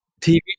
TV